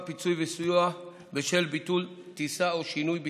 (פיצוי וסיוע בשל ביטול טיסה או שינוי בתנאיה)